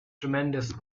tremendous